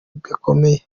gakomeye